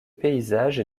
paysages